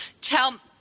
Tell